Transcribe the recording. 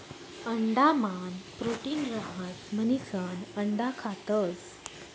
अंडा मान प्रोटीन रहास म्हणिसन अंडा खातस